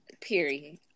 period